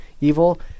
evil